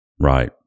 right